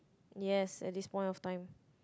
yes at this point of time